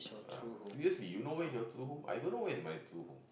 ah seriously you know where is your true home I don't know where is my true home